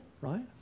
right